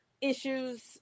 issues